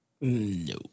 no